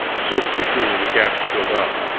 so quickly were the gaps filled up.